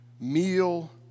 meal